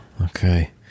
Okay